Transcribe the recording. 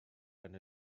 and